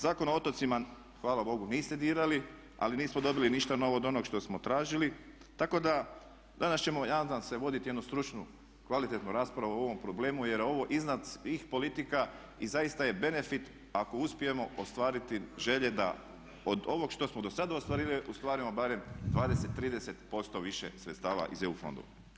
Zakon o otocima hvala Bogu niste dirali, ali nismo dobili ništa novo od onog što smo tražili, tako da danas ćemo nadam se voditi jednu stručnu, kvalitetnu raspravu o ovom problemu jer je ovo iznad svih politika i zaista je benafit ako uspijemo ostvariti želje da od ovog što smo do sada ostvarivali ostvarimo barem 20, 30% više sredstava iz EU fondova.